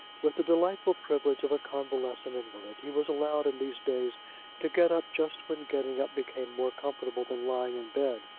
with the delightful privilege of a convalescent invalid, he was allowed in these days to get up just when getting up became more comfortable than lying in bed,